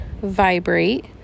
vibrate